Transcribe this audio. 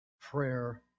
prayer